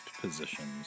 positions